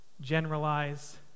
generalize